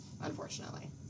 unfortunately